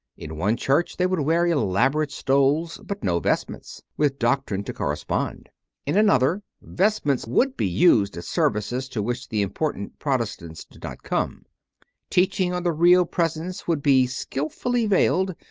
in one church they would wear elaborate stoles but no vestments, with doctrine to correspond in another, vestments would be used at services to which the important protestants did not come teaching on the real presence would be skilfully veiled,